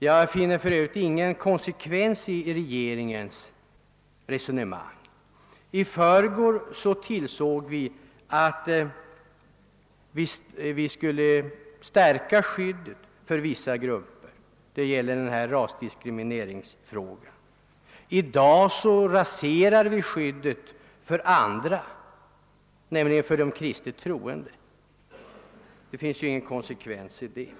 Jag finner för Övrigt ingen konsekvens i regeringens resonemang. I förrgår ansåg man att skyddet skulle stärkas för vissa grupper; skyddet mot rasdiskriminering. I dag raseras skyddet för andra, nämligen för dem med kristen tro. Det är ingen konsekvens i detta.